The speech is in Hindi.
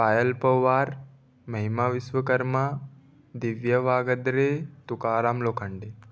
पायल पौवार महिमा विश्वकर्मा दिव्या वागदरे तुकाराम लोखंडे